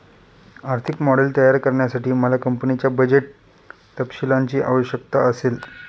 आर्थिक मॉडेल तयार करण्यासाठी मला कंपनीच्या बजेट तपशीलांची आवश्यकता असेल